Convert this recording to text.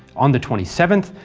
on the twenty seventh,